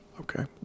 okay